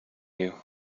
you